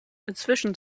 inzwischen